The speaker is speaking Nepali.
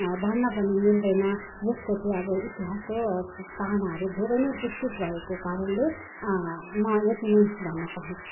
भन्न पनि मिल्दैन यसको चाहिँ अब इतिहासको पानाहरू धरै नै विस्तृत भएको कारणले म यति नै भन्न चाहन्छु